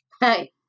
Hey